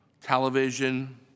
Television